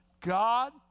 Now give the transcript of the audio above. God